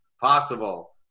possible